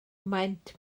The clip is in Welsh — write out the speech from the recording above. maent